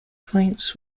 points